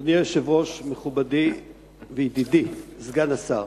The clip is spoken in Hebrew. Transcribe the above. אדוני היושב-ראש, מכובדי וידידי סגן השר,